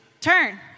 Turn